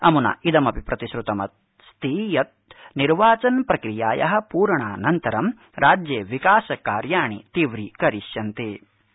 अम्नाइदमपि प्रतिश्र्तं यत् निर्वाचन प्रक्रियाया प्रणानन्तरं राज्येविकास कार्याणि तीव्रीकरिष्यन्ते